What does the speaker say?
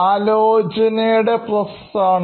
ആലോചനയുടെ പ്രക്രിയയാണ്